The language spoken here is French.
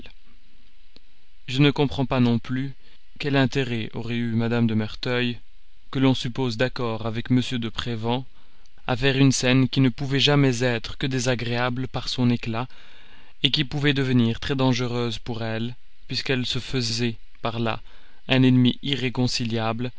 je ne comprends pas non plus quel intérêt aurait eu madame de merteuil que l'on suppose d'accord avec m de prévan à faire une scène qui ne pouvait jamais être que désagréable par son éclat qui pouvait devenir très dangereuse pour elle puisqu'elle se faisait par là un ennemi irréconciliable